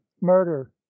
murder